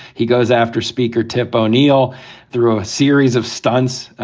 he goes after speaker tip o'neill through a series of stunts,